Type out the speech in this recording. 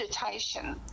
meditation